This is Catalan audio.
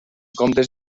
comptes